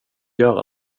göra